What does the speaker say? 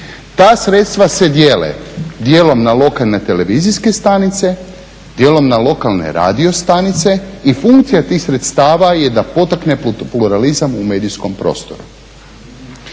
Ta sredstva se dijele dijelom na lokalne televizijske stanice, dijelom na lokalne radiostanice i funkcija tih sredstava je da potakne pluralizam u medijskom prostoru.